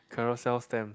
carousell stamp